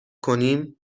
کنیم